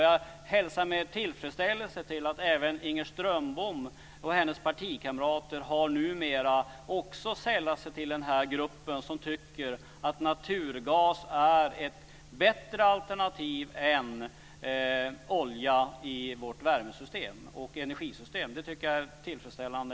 Jag hälsar med tillfredsställelse att även Inger Strömbom och hennes partikamrater numera också har sällat sig till den grupp som tycker att naturgas är ett bättre alternativ än olja i vårt värmesystem och energisystem. Det tycker jag är tillfredsställande.